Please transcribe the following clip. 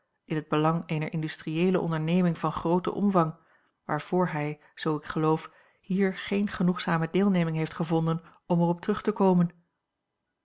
in het belang eener industrieele onderneming van grooten omvang waarvoor hij zoo ik geloof hier geene genoegzame deelneming heeft gevonden om er op terug te komen